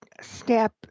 step